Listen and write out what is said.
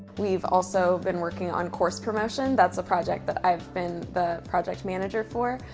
we've also been working on course promotion. that's a project that i've been the project manager for,